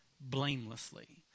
blamelessly